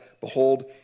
behold